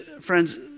friends